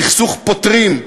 סכסוך פותרים.